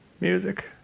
music